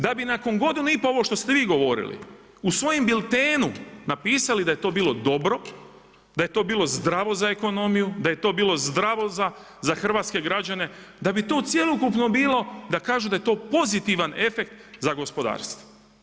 Da bi nakon godinu i pol ovo što ste vi govorili u svojem biltenu napisali da je to bilo dobro, da je to bilo zdravo za ekonomiju, da je to bilo zdravo za hrvatske građane, da bi to cjelokupno bilo da kažu da je to pozitivan efekt za gospodarstvo.